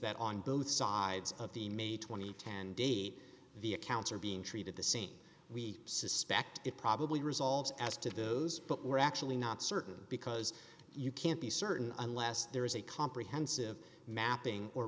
that on both sides of the may twenty and date the accounts are being treated the same we suspect it probably resolves as to those but we're actually not certain because you can't be certain unless there is a comprehensive mapping or